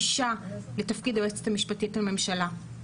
אישה לתפקיד היועצת המשפטית לממשלה.